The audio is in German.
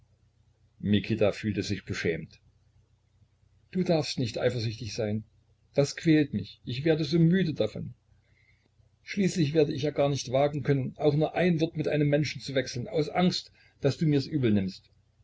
mikita fühlte sich beschämt du darfst nicht eifersüchtig sein das quält mich ich werde so müde davon schließlich werde ich ja gar nicht wagen können auch nur ein wort mit einem menschen zu wechseln aus angst daß du mirs übel nimmst